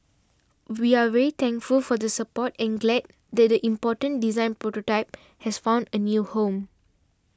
we are very thankful for the support and glad that the important design prototype has found a new home